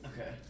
Okay